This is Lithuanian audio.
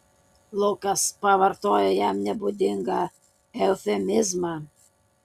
lukas pavartojo jam nebūdingą eufemizmą